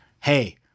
hey